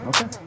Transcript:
Okay